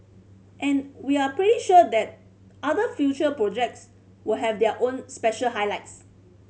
and we are pretty sure that other future projects will have their own special highlights